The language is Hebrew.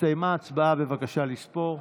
הסתיימה ההצבעה, בבקשה לספור.